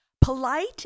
Polite